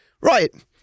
Right